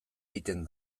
egiten